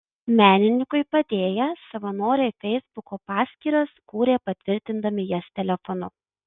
menininkui padėję savanoriai feisbuko paskyras kūrė patvirtindami jas telefonu